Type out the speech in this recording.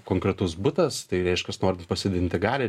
konkretus butas tai reiškias norint pasididinti galią